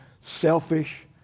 selfish